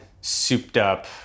souped-up